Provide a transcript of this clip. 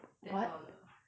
what